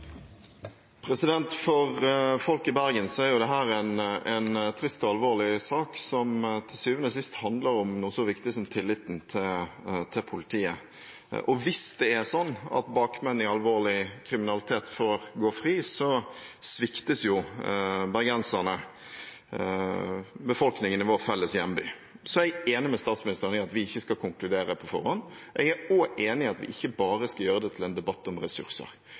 oppfølgingsspørsmål. For folk i Bergen er dette en trist og alvorlig sak som til syvende og sist handler om noe så viktig som tilliten til politiet. Hvis det er sånn at bakmenn i alvorlig kriminalitet får gå fri, sviktes jo bergenserne, befolkningen i vår felles hjemby. Jeg er enig med statsministeren i at vi ikke skal konkludere på forhånd. Jeg er også enig i at vi ikke bare skal gjøre det til en debatt om ressurser.